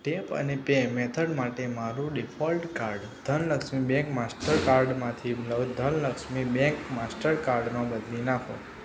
tap અને pay method માટે મારું ડીફોલ્ટ કાર્ડ ધનલક્ષ્મી બેંક માસ્ટરકાર્ડમાંથી ધનલક્ષ્મી બેંક માસ્ટરકાર્ડમાં બદલી નાખો